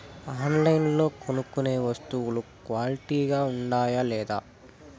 ఆన్లైన్లో కొనుక్కొనే సేసే వస్తువులు క్వాలిటీ గా ఉండాయా లేదా?